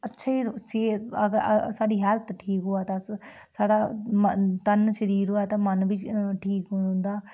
अच्छी सेह्त अगर साढ़ी हैल्थ ठीक होऐ ते अस साढ़ा मन तन शरीर होऐ ते मन बी ठीक रौंह्दा